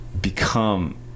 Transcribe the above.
become